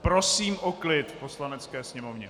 Prosím o klid v Poslanecké sněmovně!